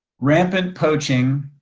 rapid poaching,